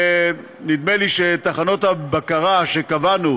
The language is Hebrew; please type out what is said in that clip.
נדמה לי שתחנות הבקרה שקבענו,